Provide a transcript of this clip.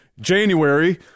January